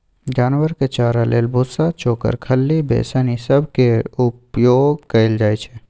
जानवर के चारा लेल भुस्सा, चोकर, खल्ली, बेसन ई सब केर उपयोग कएल जाइ छै